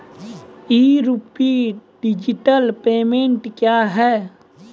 ई rupee digital payment क्या हैं?